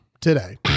today